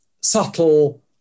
subtle